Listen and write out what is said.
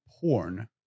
porn